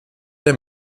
der